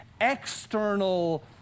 external